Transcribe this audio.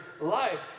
life